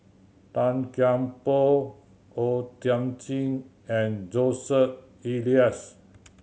Tan Kian Por O Thiam Chin and Joseph Elias